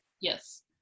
Yes